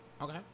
Okay